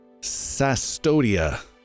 Sastodia